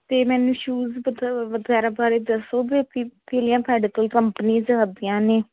ਅਤੇ ਮੈਨੂੰ ਸ਼ੂਜ ਮਤਲਬ ਵਗੈਰਾ ਬਾਰੇ ਦੱਸੋਗੇ ਕਿ ਕਿਹੜੀਆਂ ਤੁਹਾਡੇ ਕੋਲ ਕੰਪਨੀਜ਼ ਹੈਗੀਆਂ ਨੇ